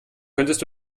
könntest